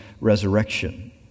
resurrection